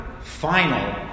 final